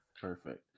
Perfect